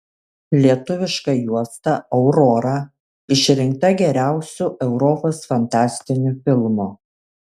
lietuviška juosta aurora išrinkta geriausiu europos fantastiniu filmu